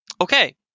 Okay